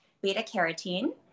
beta-carotene